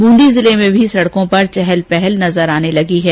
बूंदी जिले में भी सड़कों पर चहल पहल नजर आने लगी है